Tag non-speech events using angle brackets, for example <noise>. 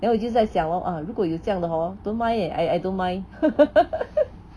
then 我就在想咯 !wah! 如果有这样的 hor don't mind eh I I don't mind <laughs>